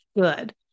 good